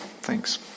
thanks